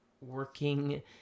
working